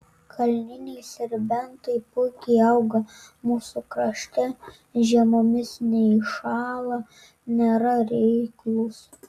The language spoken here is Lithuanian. kalniniai serbentai puikiai auga mūsų krašte žiemomis neiššąla nėra reiklūs